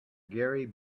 gary